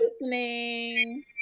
listening